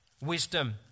Wisdom